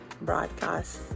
broadcast